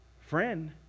friend